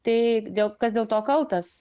tai dėl kas dėl to kaltas